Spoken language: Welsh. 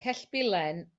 cellbilen